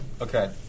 Okay